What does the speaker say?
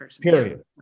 period